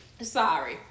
Sorry